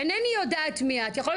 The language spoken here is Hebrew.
אוקי,